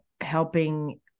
helping